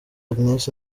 agnes